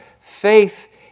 Faith